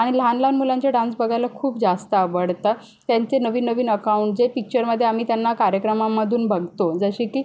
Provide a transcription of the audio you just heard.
आणि लहान लहान मुलांचे डान्स बघायला खूप जास्त आवडतं त्यांचे नवीन नवीन अकाउंट जे पिच्चरमध्ये आम्ही त्यांना कार्यक्रमामधून बघतो जसे की